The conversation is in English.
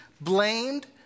blamed